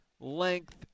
Length